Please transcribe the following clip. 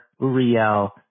Uriel